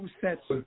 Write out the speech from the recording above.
sets